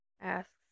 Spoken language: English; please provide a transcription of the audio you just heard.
asks